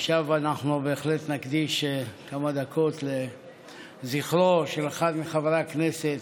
עכשיו אנחנו בהחלט נקדיש כמה דקות לזכרו של אחד מחברי הכנסת,